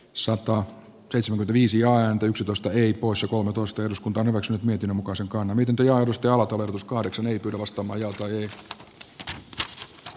soitto työsuhdeviisijaa yksitoista y kuusi kolmetoista eduskunta on hyväksynyt miten muka silkkaa nimikirjoitus jalat ovat uskoakseni kostamo joutui tempot